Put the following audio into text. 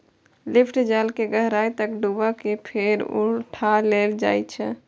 lift जाल कें गहराइ तक डुबा कें फेर उठा लेल जाइ छै